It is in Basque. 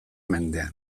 mendean